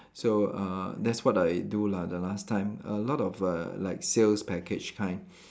so uh that's what I do lah the last time a lot of err like sales package kind